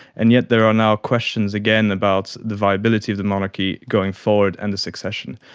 and yet there are now questions again about the viability of the monarchy going forward and the succession.